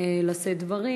לשאת דברים.